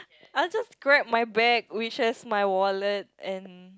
I'll just grab my bag which has my wallet and